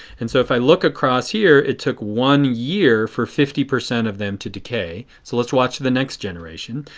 and so if i look across here it took one year for fifty percent of them to decay. so let's watch the next generation.